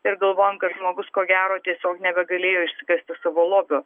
ir galvojome kad žmogus ko gero tiesiog nebegalėjo išsikasti savo lobio